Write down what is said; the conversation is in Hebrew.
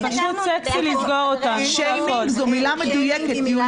זה פשוט סקסי לסגור אותנו, זה הכול.